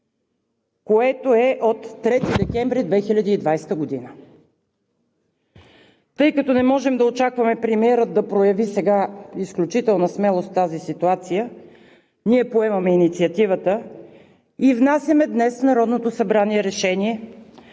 което е от 3 декември 2020 г.? Тъй като не можем да очакваме премиерът да прояви сега изключителна смелост в тази ситуация, ние поемаме инициативата и внасяме днес в Народното събрание решение,